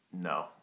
No